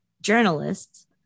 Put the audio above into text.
journalists